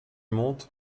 monte